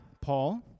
Paul